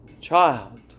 child